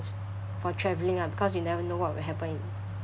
for travelling ah because you never know what will happen in